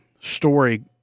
story –